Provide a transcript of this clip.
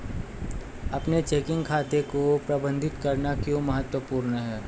अपने चेकिंग खाते को प्रबंधित करना क्यों महत्वपूर्ण है?